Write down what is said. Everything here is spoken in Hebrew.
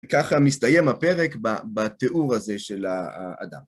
ככה מסתיים הפרק בתיאור הזה של האדם.